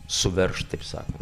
suveržt taip sako